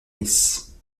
nice